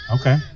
Okay